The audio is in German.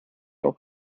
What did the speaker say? auch